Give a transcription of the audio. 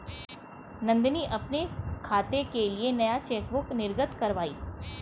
नंदनी अपने खाते के लिए नया चेकबुक निर्गत कारवाई